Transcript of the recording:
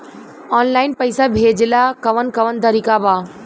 Online पइसा भेजेला कवन कवन तरीका बा?